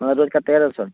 हर रोज का तेहरा सौ